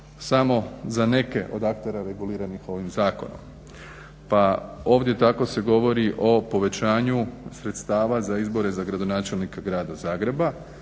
samo za neke od aktera reguliranih ovih zakonom, pa ovdje tako se govori o povećanju sredstava za izbore za gradonačelnika grada Zagreba